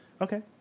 Okay